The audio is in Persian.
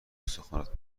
استخونات